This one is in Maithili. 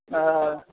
आह